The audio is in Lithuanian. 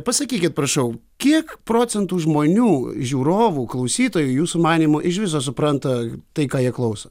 pasakykit prašau kiek procentų žmonių žiūrovų klausytojų jūsų manymu iš viso supranta tai ką jie klauso